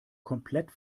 komplett